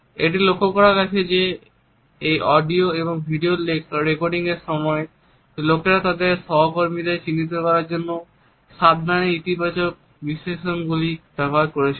এটি লক্ষ করা গেছে যে এই অডিও এবং ভিডিও রেকর্ডিংয়ের সময় লোকেরা তাদের সহকর্মীদের চিত্রিত করার জন্য সাবধানে ইতিবাচক বিশেষণগুলি ব্যবহার করেছিল